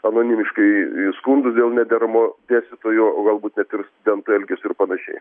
anonimiškai skundų dėl nederamo dėstytojo o galbūt net ir studento elgesio ir panašiai